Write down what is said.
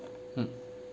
mm